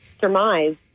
surmise